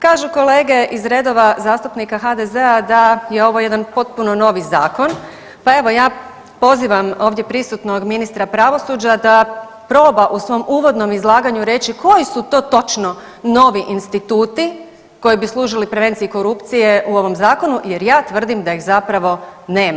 Kažu kolege iz redova zastupnika HDZ-a da je ovo jedan potpuno novi zakon, pa evo ja pozivam ovdje prisutnog ministra pravosuđa da proba u svom uvodnom izlaganju reći koji su to točno novi instituti koji bi služili prevenciji korupcije u ovom zakonu jer tvrdim da ih zapravo nema.